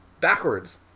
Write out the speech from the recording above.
backwards